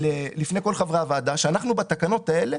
אני אומר לפני כל חברי הוועדה שאנחנו בתקנות האלה